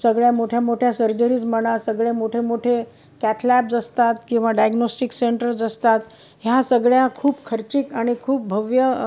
सगळ्या मोठ्या मोठ्या सर्जरीज म्हणा सगळे मोठे मोठे कॅथ लॅब्स असतात किंवा डायग्नॉस्टिक सेंटर्स असतात ह्या सगळ्या खूप खर्चिक आणि खूप भव्य